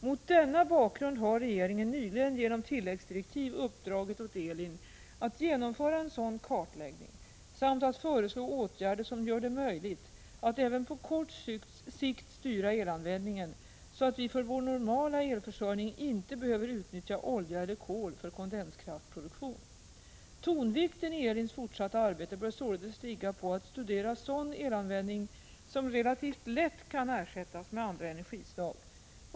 Mot denna bakgrund har regeringen nyligen genom tilläggsdirektiv uppdragit åt ELIN att genomföra en sådan kartläggning samt att föreslå åtgärder som gör det möjligt att även på kort sikt styra elanvändningen, så att vi för vår normala elförsörjning inte behöver utnyttja olja eller kol för kondenskraftproduktion. Tonvikten i ELIN:s fortsatta arbete bör således ligga på att studera sådan elanvändning som relativt lätt kan ersättas med andra energislag.